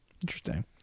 Interesting